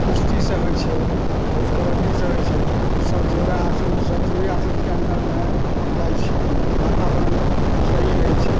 कुश्ती से होइ छै बहुत कबड्डी से होइ छै सब योगासन सब योगेआसनके अन्दरमे जाइ छै वातावरण सही रहै छै